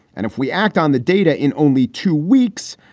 and if we act on the data in only two weeks,